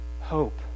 Hope